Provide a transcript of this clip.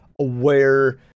aware